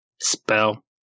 Spell